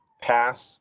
pass